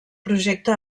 projecte